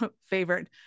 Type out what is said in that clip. favorite